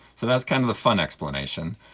so that's kind of the fun explanation.